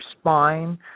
spine